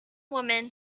woman